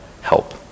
help